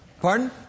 Pardon